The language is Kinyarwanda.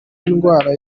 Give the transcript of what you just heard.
indwara